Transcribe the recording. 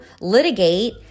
litigate